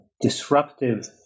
disruptive –